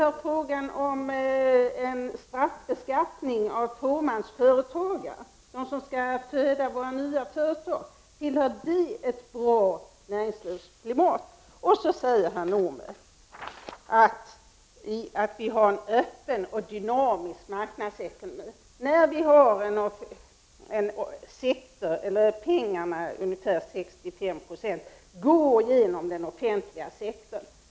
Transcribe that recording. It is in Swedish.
Är straffbeskattning av fåmansföretagare, de som skall föda våra nya företag, något som tillhör ett bra näringslivsklimat? Herr Nordberg säger att vi har en öppen och dynamisk marknadsekonomi, när ungefär 65 70 av pengarna går genom den offentliga sektorn.